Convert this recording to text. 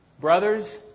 Brothers